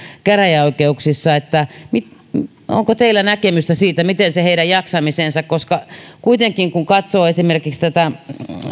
käräjäoikeuksissa onko teillä näkemystä siitä miten se heidän jaksamisensa koska kuitenkin kun katsoo esimerkiksi tätä